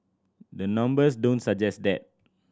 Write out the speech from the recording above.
the numbers don't suggest that